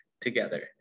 together